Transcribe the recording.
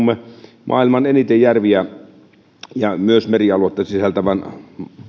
suomeen vaikka asumme maailmassa eniten järviä ja myös merialuetta sisältävän